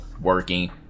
working